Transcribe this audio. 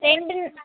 ரெண்டுன்னு